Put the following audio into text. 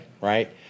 right